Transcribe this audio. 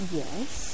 yes